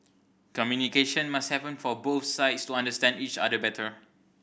communication must happen for both sides to understand each other better